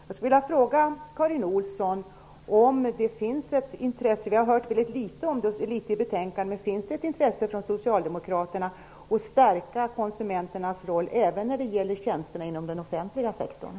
Jag skulle vilja fråga Karin Olsson om det finns ett intresse från Socialdemokraterna, det har vi hört väldigt litet om i betänkandet, för att stärka konsumenternas roll även när det gäller tjänsterna i den offentliga sektorn.